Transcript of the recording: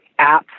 apps